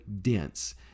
dense